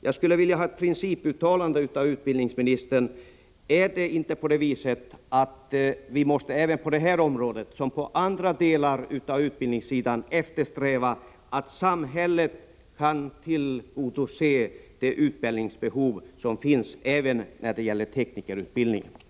Jag skulle vilja få ett principuttalande från utbildningsministern i frågan om samhället inte måste eftersträva att — motsvarande vad som sker inom andra delar av utbildningssektorn — kunna tillgodose det behov som finns också vad gäller utbildning av tekniker.